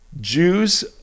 Jews